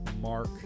mark